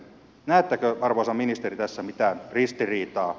näettekö arvoisa ministeri tässä mitään ristiriitaa